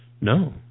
No